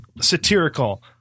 satirical